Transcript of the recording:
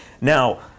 Now